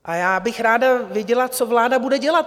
A já bych ráda věděla, co vláda bude dělat.